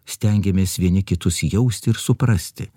stengiamės vieni kitus jausti ir suprasti